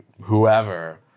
whoever